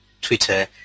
Twitter